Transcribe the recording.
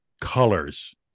colors